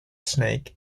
snake